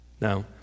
Now